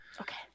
Okay